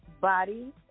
body